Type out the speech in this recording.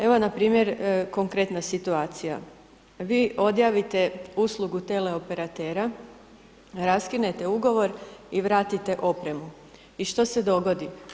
Evo npr. konkretna situacija, vi odjavite uslugu tele operatera, raskinete Ugovor i vratite opremu i što se dogodi?